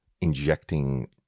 injecting